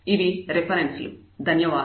ఇవి రిఫరెన్సులు ధన్యవాదాలు